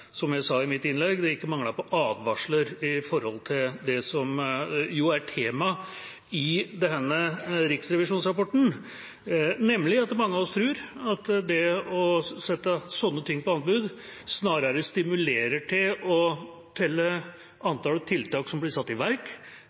Som jeg sa i mitt innlegg, har det ikke manglet advarsler om det som er temaet i denne riksrevisjonsrapporten, nemlig at mange av oss tror at det å sette sånne ting ut på anbud, snarere stimulerer til å telle antall tiltak som blir satt i verk,